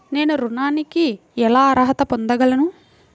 నేను ఋణానికి ఎలా అర్హత పొందగలను?